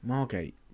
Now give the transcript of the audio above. Margate